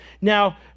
Now